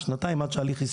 שנתיים עד שההליך יסתיים.